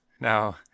Now